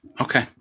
Okay